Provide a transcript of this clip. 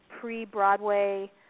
pre-Broadway